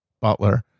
Butler